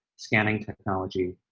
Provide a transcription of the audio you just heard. scanning technology,